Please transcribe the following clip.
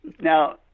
Now